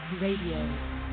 Radio